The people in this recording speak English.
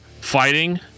fighting